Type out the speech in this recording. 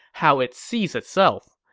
how it sees itself.